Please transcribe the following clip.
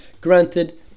Granted